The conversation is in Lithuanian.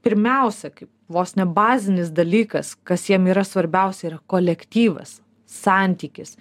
pirmiausia kaip vos ne bazinis dalykas kas jiem yra svarbiausia yra kolektyvas santykis